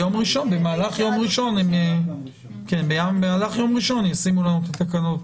במהלך יום ראשון יעבירו אלינו את התקנות.